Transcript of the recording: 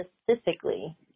specifically